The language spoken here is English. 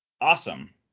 Awesome